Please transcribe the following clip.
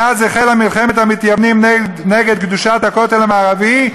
מאז החלה מלחמת המתייוונים נגד קדושת הכותל המערבי,